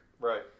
Right